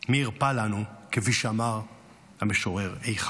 מי ירפא לנו, כפי שאמר המשורר איכה.